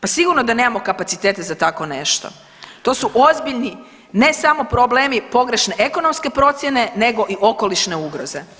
Pa sigurno da nemamo kapaciteta za tako nešto, to su ozbiljni ne samo problemi pogrešne ekonomske procjene nego i okolišne ugroze.